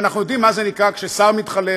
ואנחנו יודעים מה זה אומר ששר מתחלף,